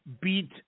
beat